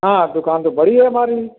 हाँ दुकान तो बड़ी है हमारी